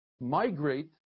migrate